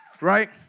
Right